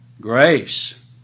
grace